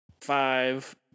five